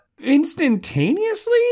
Instantaneously